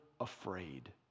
afraid